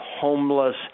homeless